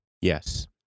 Yes